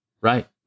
Right